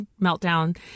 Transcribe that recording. meltdown